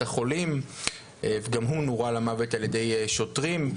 החולים וגם הוא נורה למוות על ידי שוטרים.